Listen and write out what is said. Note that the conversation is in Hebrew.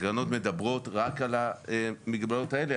התקנות מדברות רק על המגבלות האלה.